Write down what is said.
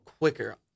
Quicker